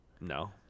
No